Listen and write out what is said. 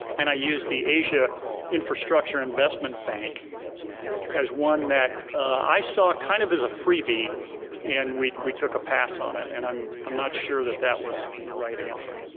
and i use the asia infrastructure investment bank as one that i saw kind of as a freebie and we we took a pass on it, and i'm i'm not sure that that was the right answer.